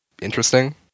interesting